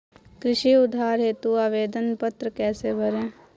कृषि उधार हेतु आवेदन पत्र कैसे भरें?